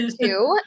two